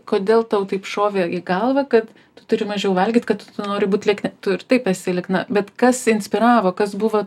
kodėl tau taip šovė į galvą kad tu turi mažiau valgyt kad tu nori būt liekna tu ir taip esi liekna bet kas inspiravo kas buvo